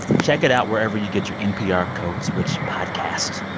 check it out wherever you get your npr code switch podcast.